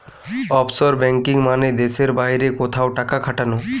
offshore banking মানে দেশের বাইরে কোথাও টাকা খাটানো